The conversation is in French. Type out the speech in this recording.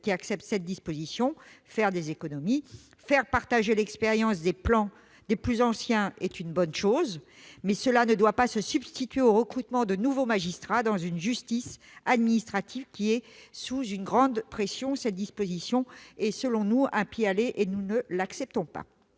qui accepte cette disposition : faire des économies. Faire partager l'expérience des plus anciens est une bonne chose, mais cela ne doit pas se substituer au recrutement de nouveaux magistrats, dans une justice administrative qui est sous grande pression. À nos yeux, cette disposition est un pis-aller et nous ne l'acceptons pas.